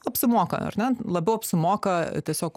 apsimoka ar ne labiau apsimoka tiesiog